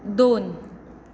दोन